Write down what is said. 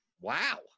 wow